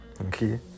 Okay